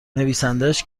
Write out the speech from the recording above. نویسندهاش